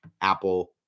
Apple